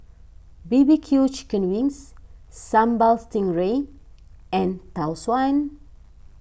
B B Q Chicken Wings Sambal Stingray and Tau Suan